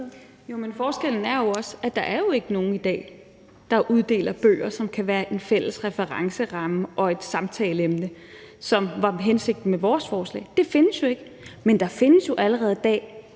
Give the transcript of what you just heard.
Forskellen er jo også, at der ikke er nogen i dag, der uddeler bøger, som kan være en fælles referenceramme og et samtaleemne, hvilket var hensigten med vores forslag. Det findes jo ikke. Men der findes allerede i dag